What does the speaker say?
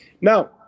Now